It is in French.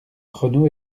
renaud